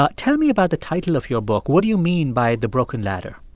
ah tell me about the title of your book what do you mean by the broken ladder?